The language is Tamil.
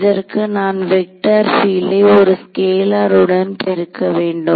இதற்கு நான் வெக்டார் பீல்டை ஒரு ஸ்கேலார் உடன் பெருக்க வேண்டும்